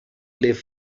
live